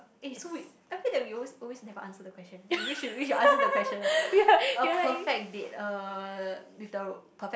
eh so wait I feel that we always always never answer the question we should we should answer the question lor a perfect date uh with the perfect